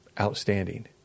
outstanding